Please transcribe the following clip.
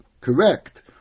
correct